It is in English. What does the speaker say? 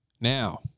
now